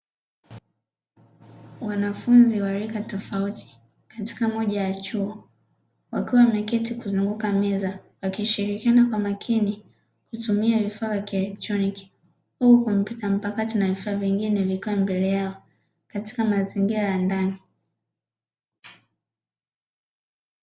Wanafunzi wa rika tofauti katika moja ya chuo, wakiwa wameketi kuzunguka meza wakishirikiana kwa makini kutumia vifaa vya kielektroniki au kompyuta mpakato, na vifaa vingine vikiwa mbele yao katika mazingira ya ndani.